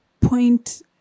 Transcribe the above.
point